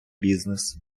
бізнес